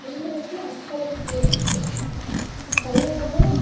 इन्द्रस्य अप्सरस्त्री वर्तते तयोः